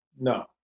No